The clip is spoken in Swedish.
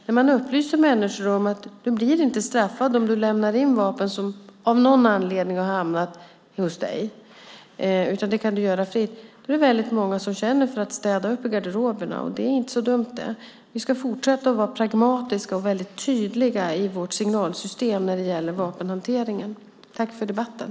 När man upplyser människor om att de inte blir straffade om de lämnar in vapen som av någon anledning har hamnat hos dem utan att de kan göra det fritt är det många som känner för att städa upp i garderoberna. Och det är inte så dumt. Vi ska fortsätta att vara pragmatiska och tydliga i vårt signalsystem när det gäller vapenhanteringen.